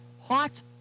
hot